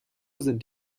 sind